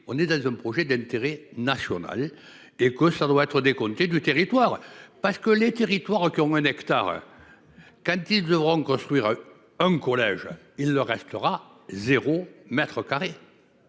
on est dans un projet d'intérêt national et que ça doit être décompté du territoire parce que les territoires qui ont moins nectar. Quand ils devront construire un collège il ne restera 0 m2.